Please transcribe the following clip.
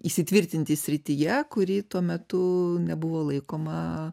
įsitvirtinti srityje kuri tuo metu nebuvo laikoma